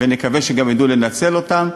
ונקווה שגם ידעו לנצל אותם.